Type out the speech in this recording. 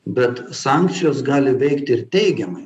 bet sankcijos gali veikti ir teigiamai